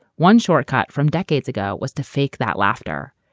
one shortcut from decades ago was to fake that laughter.